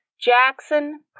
Jackson